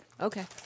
Okay